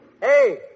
Hey